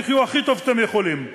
תחיו הכי טוב שאתם יכולים,